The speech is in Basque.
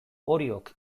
oriok